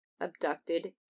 abducted